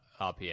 RPM